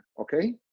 okay